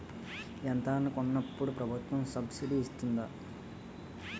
యంత్రాలను కొన్నప్పుడు ప్రభుత్వం సబ్ స్సిడీ ఇస్తాధా?